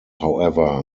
however